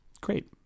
great